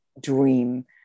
dream